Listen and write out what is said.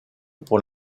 pour